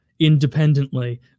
independently